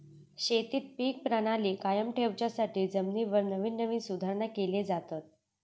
शेतीत पीक प्रणाली कायम ठेवच्यासाठी जमिनीवर नवीन नवीन सुधारणा केले जातत